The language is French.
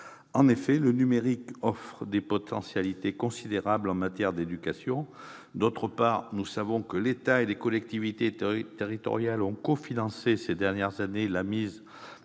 En effet, le numérique offre des potentialités considérables en matière d'éducation. Par ailleurs, nous savons que l'État et les collectivités territoriales ont cofinancé ces dernières années la mise